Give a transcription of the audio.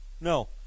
No